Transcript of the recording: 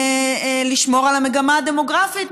לשמור על המגמה הדמוגרפית?